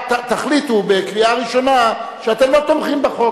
תחליטו בקריאה ראשונה שאתם לא תומכים בחוק,